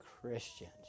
Christians